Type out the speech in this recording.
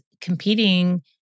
competing